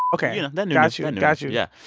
ok yeah, that new. got you. and got you yeah.